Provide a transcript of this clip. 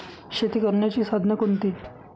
शेती करण्याची साधने कोणती?